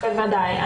בוודאי,